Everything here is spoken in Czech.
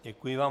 Děkuji vám.